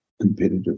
competitive